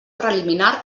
preliminar